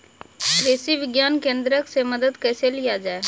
कृषि विज्ञान केन्द्रऽक से मदद कैसे लिया जाय?